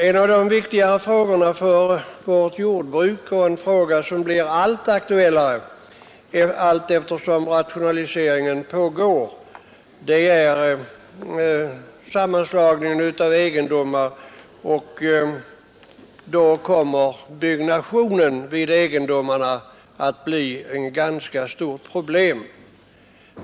En av de viktigare frågorna för vårt jordbruk — och en fråga som blir aktuellare allteftersom rationaliseringen fortskrider — är sammanslagningen av egendomar, och därmed kommer byggnationen vid egendomarna att bli ett ganska stort problem.